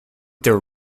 their